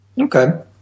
Okay